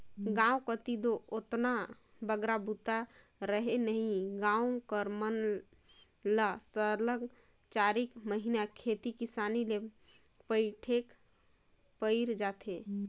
गाँव कती दो ओतना बगरा बूता रहें नई गाँव कर मन ल सरलग चारिक महिना खेती किसानी ले पइठेक पइर जाथे